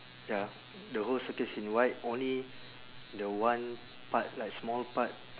ya the whole circle is in white only the one part like small part